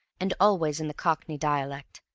and always in the cockney dialect,